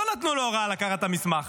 לא נתנו לו הוראה לקחת את המסמך,